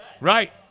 right